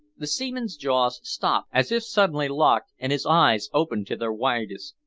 the seaman's jaws stopped, as if suddenly locked, and his eyes opened to their widest.